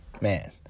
man